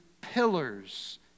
pillars